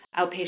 outpatient